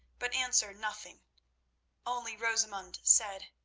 but answered nothing only rosamund said